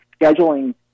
scheduling